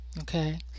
Okay